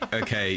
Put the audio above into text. okay